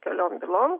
keliom bylom